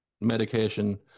medication